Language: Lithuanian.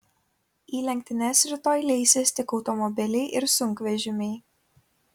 į lenktynes rytoj leisis tik automobiliai ir sunkvežimiai